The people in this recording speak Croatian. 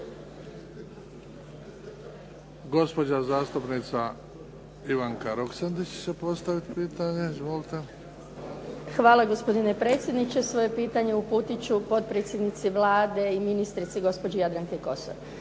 Gospođa zastupnica Ivanka Roksandić. Izvolite. **Roksandić, Ivanka (HDZ)** Hvala. Gospodine predsjedniče. Svoje pitanje uputit ću potpredsjednici Vlade i ministrici gospođi Jadranki Kosor.